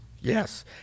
yes